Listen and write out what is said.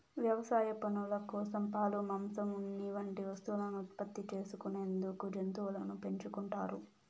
వ్యవసాయ పనుల కోసం, పాలు, మాంసం, ఉన్ని వంటి వస్తువులను ఉత్పత్తి చేసుకునేందుకు జంతువులను పెంచుకుంటారు